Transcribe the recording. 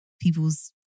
people's